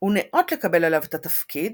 הוא ניאות לקבל עליו את התפקיד,